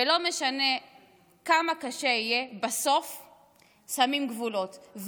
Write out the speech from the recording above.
ולא משנה כמה קשה יהיה, בסוף בסוף שמים גבולות.